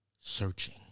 searching